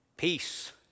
Peace